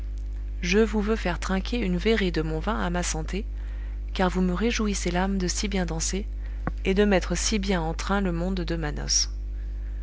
je vous veux faire trinquer une verrée de mon vin à ma santé car vous me réjouissez l'âme de si bien danser et de mettre si bien en train le monde de ma